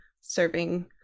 serving